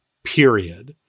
period.